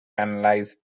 analyse